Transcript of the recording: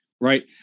right